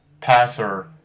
passer